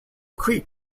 creek